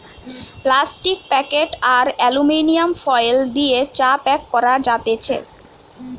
plastic packet আর aluminium foil দিয়ে চা প্যাক করা যাতেছে